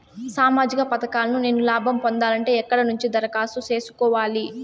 సామాజిక పథకాలను నేను లాభం పొందాలంటే ఎక్కడ నుంచి దరఖాస్తు సేసుకోవాలి?